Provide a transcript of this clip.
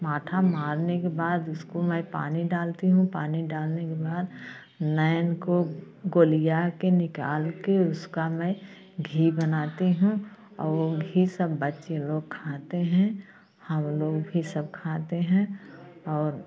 माठा मारने के बाद उसको मैं पानी डालती हूँ पानी डालने के बाद नयन को गोलिया के निकाल के उसका मैं घी बनाती हूँ और वो घी सब बच्चे लोग खाते हैं हम लोग भी सब खाते हैं और